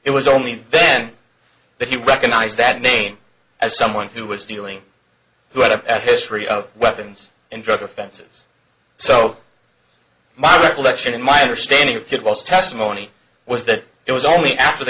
it was only then that he recognized that name as someone who was dealing who had a history of weapons and drug offenses so my recollection in my understanding of kid was testimony was that it was only after the